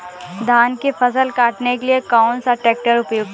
धान की फसल काटने के लिए कौन सा ट्रैक्टर उपयुक्त है?